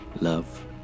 Love